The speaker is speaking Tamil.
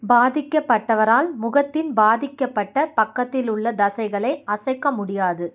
பாதிக்கப்பட்டவரால் முகத்தின் பாதிக்கப்பட்ட பக்கத்திலுள்ள தசைகளை அசைக்க முடியாது